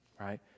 right